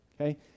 okay